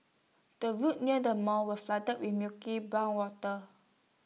the road near the mall was flooded with murky brown water